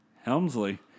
Helmsley